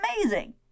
amazing